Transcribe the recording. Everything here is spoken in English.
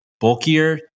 bulkier